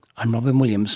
i'm robyn williams